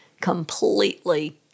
completely